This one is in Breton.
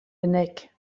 bennak